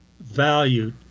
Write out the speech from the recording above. value